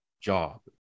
job